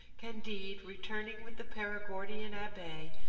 candide, returning with the perigordian abbe,